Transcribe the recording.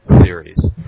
series